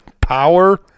power